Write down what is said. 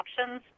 options